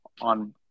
On